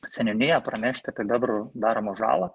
seniūniją pranešti apie bebrų daromą žalą